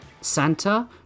Santa